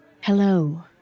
Hello